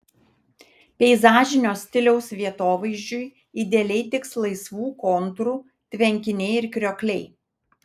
peizažinio stiliaus vietovaizdžiui idealiai tiks laisvų kontūrų tvenkiniai ir kriokliai